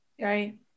right